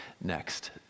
next